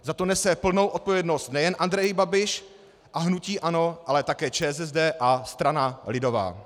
Za to nese plnou odpovědnost nejen Andrej Babiš a hnutí ANO, ale také ČSSD a strana lidová.